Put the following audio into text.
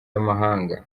y’amahanga